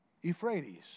Euphrates